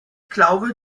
glaube